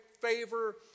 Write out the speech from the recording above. favor